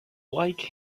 like